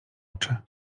oczy